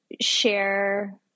share